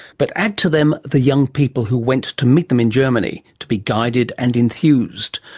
but add to them the young people who went to meet them in germany, to be guided and enthused.